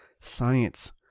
science